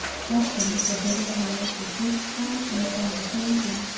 custom forbidding her to take part in the conversation,